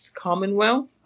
Commonwealth